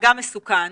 מגע מסוכן,